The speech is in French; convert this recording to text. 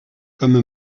comme